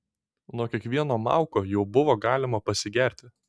nuo kiekvieno mauko jau buvo galima pasigerti